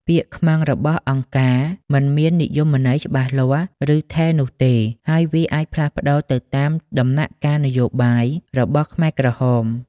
ពាក្យ ខ្មាំងរបស់អង្គការ មិនមាននិយមន័យច្បាស់លាស់ ឬថេរនោះទេ ហើយវាអាចផ្លាស់ប្តូរទៅតាមដំណាក់កាលនយោបាយរបស់ខ្មែរក្រហម។